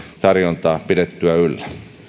tarjontaa pidettyä yllä